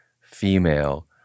female